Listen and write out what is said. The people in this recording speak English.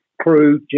crew